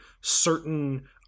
certain